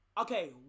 Okay